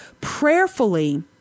prayerfully